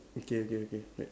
okay okay okay right